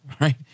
right